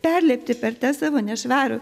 perlipti per tą savo nešvarų